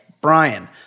Brian